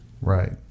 right